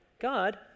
God